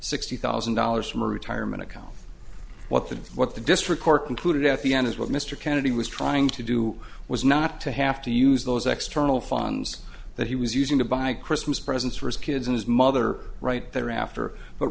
sixty thousand dollars from retirement account what the what the district court concluded at the end is what mr kennedy was trying to do was not to have to use those external funds that he was using to buy christmas presents for his kids and his mother right there after but